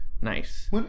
nice